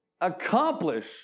accomplish